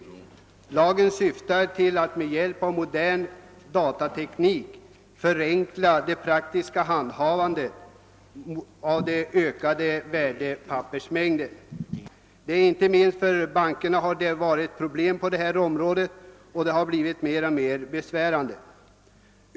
Lagförslaget syftar således till att med hjälp av modern datateknik förenkla det praktiska handhavandet av den växande värdepappersmängden. Inte minst bankerna har haft problem i detta avseende, och dessa har blivit mer och mer besvärande.